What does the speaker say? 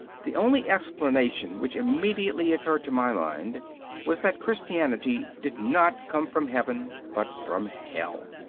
the only explanation which immediately occurred to my mind was that christianity did not come from heaven, but from hell.